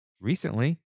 recently